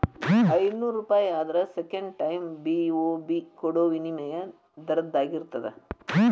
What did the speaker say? ಐನೂರೂಪಾಯಿ ಆದ್ರ second time B O B ಕೊಡೋ ವಿನಿಮಯ ದರದಾಗಿರ್ತದ